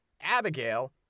Abigail